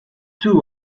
two